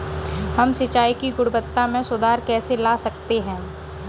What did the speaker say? हम सिंचाई की गुणवत्ता में सुधार कैसे ला सकते हैं?